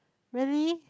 very